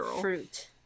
fruit